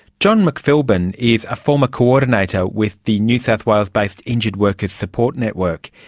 john mcphilbin is a former coordinator with the new south wales-based injured workers support network.